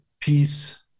peace